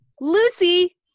Lucy